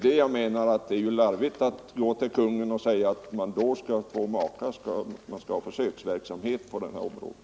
Då, menar jag, vore det larvigt att gå till Kungl. Maj:t och begära en försöksverksamhet för två makar på det här området!